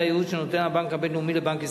הייעוץ שנותן הבנק הבין-לאומי לבנק ישראל,